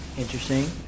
interesting